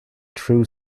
true